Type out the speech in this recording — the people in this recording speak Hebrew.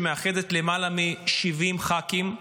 המאחדת למעלה מ-70 ח"כים,